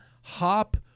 hop